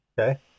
Okay